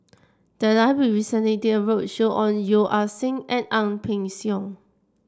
the library recently did a roadshow on Yeo Ah Seng and Ang Peng Siong